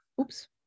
Oops